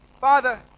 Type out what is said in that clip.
Father